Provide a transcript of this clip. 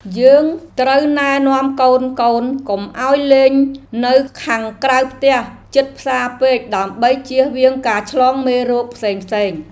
យើងត្រូវណែនាំកូនៗកុំឱ្យលេងនៅខាងក្រៅផ្ទះជិតផ្សារពេកដើម្បីជៀសវាងការឆ្លងមេរោគផ្សេងៗ។